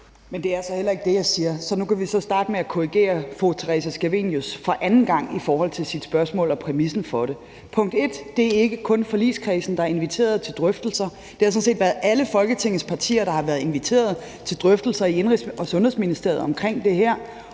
Det er så heller ikke det, jeg siger. Så nu kan vi starte med at korrigere fru Theresa Scavenius for anden gang i forhold til sit spørgsmål og præmissen for det. Som det første er det ikke kun forligskredsen, der er inviteret til drøftelser; det har sådan set været alle Folketingets partier, der har været inviteret til drøftelser i Indenrigs- og Sundhedsministeriet om det her.